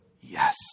Yes